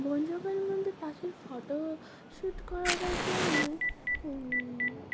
বনজঙ্গলের মধ্যে পাখির photo shoot করার জন্য